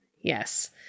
Yes